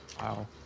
Wow